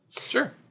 Sure